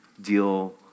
deal